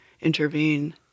intervene